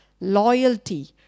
loyalty